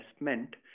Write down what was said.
investment